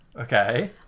Okay